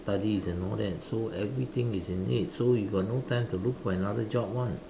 studies and all that so everything is in need so you got no time to look for another job [one]